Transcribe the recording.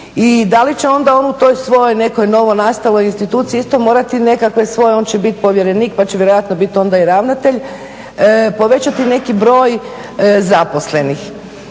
i da li će onda on u toj svojoj nekoj novonastaloj instituciji isto morati nekakve svoje, on će biti Povjerenik pa će vjerojatno biti onda i ravnatelj povećati neki broj zaposlenih.